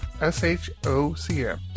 S-H-O-C-M